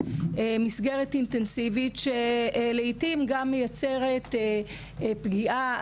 היא מסגרת אינטנסיבית שלעיתים מייצרת פגיעה,